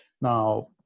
now